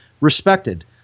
respected